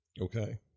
Okay